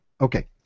Okay